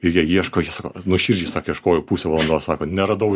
ir jie ieško jie sako nuoširdžiai sakė ieškojau pusę valandos sako neradau